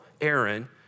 Aaron